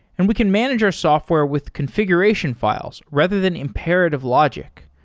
and we can manage our software with configuration files rather than imperative logic.